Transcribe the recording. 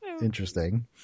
interesting